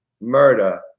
murder